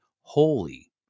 holy